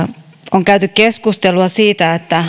on käyty keskustelua siitä